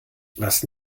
was